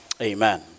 amen